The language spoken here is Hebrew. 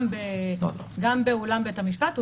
גם באולם בית המשפט,